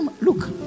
Look